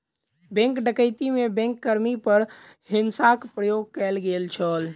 bank डकैती में bank कर्मी पर हिंसाक प्रयोग कयल गेल छल